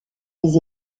les